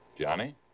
Johnny